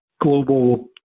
global